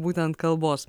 būtent kalbos